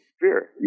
fear